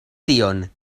tion